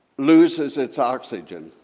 loses its oxygen.